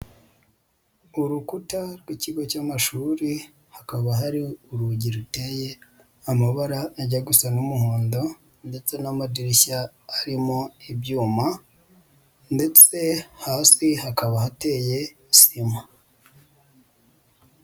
Urukuta rw'ikigo cy'amashuri, hakaba hari urugi ruteye amabara ajya gusa n'umuhondo ndetse n'amadirishya arimo ibyuma ndetse hasi hakaba hateye sima.